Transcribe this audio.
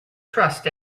trust